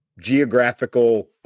geographical